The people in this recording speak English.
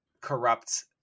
corrupt